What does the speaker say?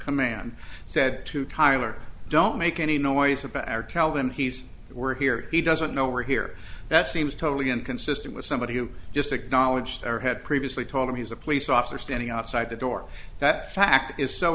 command said to tyler don't make any noise about or tell him he's we're here he doesn't know we're here that seems totally inconsistent with somebody who just acknowledged or had previously told him he was a police officer standing outside the door that fact